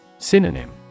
Synonym